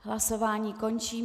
Hlasování končím.